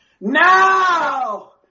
Now